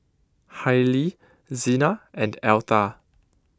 Hailie Xena and Altha